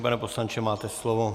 Pane poslanče, máte slovo.